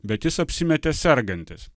bet jis apsimetė sergantis